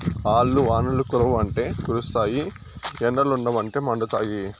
ఆల్లు వానలు కురవ్వంటే కురుస్తాయి ఎండలుండవంటే మండుతాయి